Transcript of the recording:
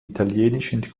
italienischen